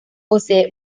posee